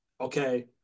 Okay